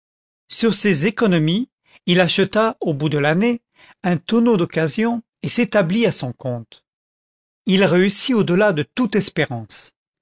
sur ses économies il acheta au bout de l'année un tonneau d'occasion et s'établit à son compte il réussit au delà de toute espérance